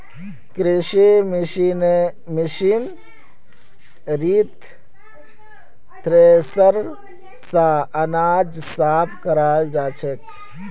कृषि मशीनरीत थ्रेसर स अनाज साफ कराल जाछेक